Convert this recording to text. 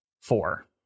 four